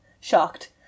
Shocked